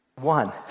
one